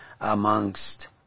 amongst